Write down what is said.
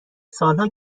سالها